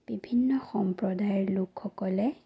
বিভিন্ন সম্প্ৰদায়ৰ লোকসকলে